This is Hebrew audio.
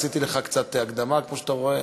עשיתי לך קצת הקדמה כמו שאתה רואה,